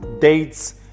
dates